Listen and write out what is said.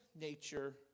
nature